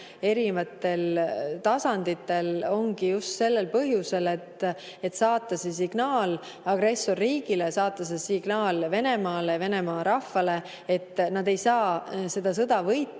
erinevatel tasanditel just sellel põhjusel, et saata signaal agressorriigile, saata signaal Venemaale, Venemaa rahvale, et nad ei saa seda sõda võita,